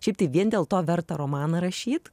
šiaip tai vien dėl to verta romaną rašyt